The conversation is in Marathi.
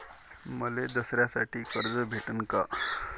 मले दसऱ्यासाठी कर्ज भेटन का?